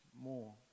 more